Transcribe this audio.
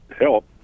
help